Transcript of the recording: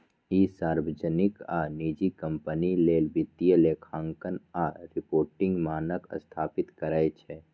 ई सार्वजनिक आ निजी कंपनी लेल वित्तीय लेखांकन आ रिपोर्टिंग मानक स्थापित करै छै